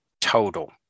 total